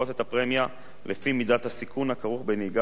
לפי מידת הסיכון הכרוך בנהיגה באופנוע,